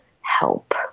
Help